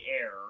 air